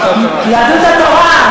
לא נתקבלה.